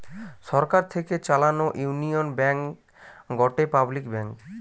সরকার থেকে চালানো union bank গটে পাবলিক ব্যাঙ্ক